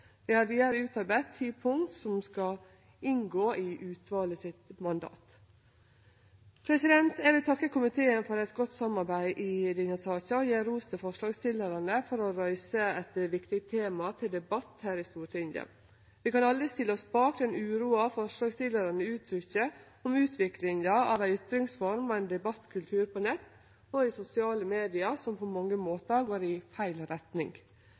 har vidare utarbeidd ti punkt som skal inngå i mandatet til utvalet. Eg vil takke komiteen for eit godt samarbeid i denne saka og gje ros til forslagsstillarane for å reise eit viktig tema til debatt her i Stortinget. Vi kan alle stille oss bak den uroa forslagsstillarane uttrykkjer om utviklinga av ei ytringsform og ein debattkultur på nett og i sosiale medium som på mange måtar går i feil retning.